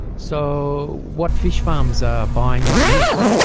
so what fish farms are buying the eels?